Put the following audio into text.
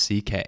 CK